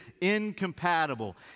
incompatible